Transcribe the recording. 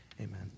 amen